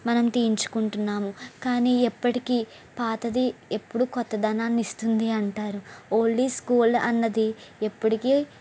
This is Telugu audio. మనం తీయించుకుంటున్నాము కానీ ఎప్పటికీ పాతది ఎప్పుడు కొత్తదనాన్ని ఇస్తుంది అంటారు ఓల్డ్ ఈజ్ గోల్డ్ అన్నది ఎప్పటికీ